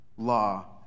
law